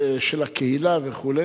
של הקהילה וכו',